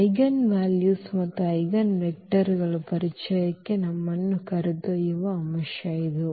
eigen values ಮತ್ತು ಐಜೆನ್ವೆಕ್ಟರ್ಗಳ ಪರಿಚಯಕ್ಕೆ ನಮ್ಮನ್ನು ಕರೆದೊಯ್ಯುವ ಅಂಶ ಇದು